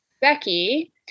Becky